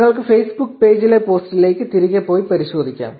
നിങ്ങൾക്ക് ഫേസ്ബുക്ക് പേജിലെ പോസ്റ്റിലേക്ക് തിരികെ പോയി പരിശോധിക്കാം